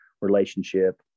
relationship